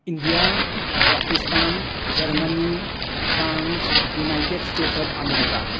India Pakistan Germany France United States of America